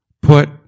put